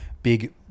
Big